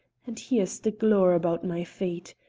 and here's the glaur about my feet!